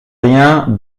rien